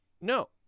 no